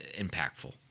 impactful